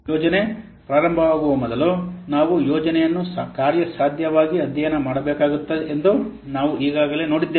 ಯೋಜನೆ ಪ್ರಾರಂಭವಾಗುವ ಮೊದಲು ನಾವು ಯೋಜನೆಯನ್ನು ಕಾರ್ಯಸಾಧ್ಯವಾಗಿ ಅಧ್ಯಯನ ಮಾಡಬೇಕಾಗುತ್ತದೆ ಎಂದು ನಾವು ಈಗಾಗಲೇ ನೋಡಿದ್ದೇವೆ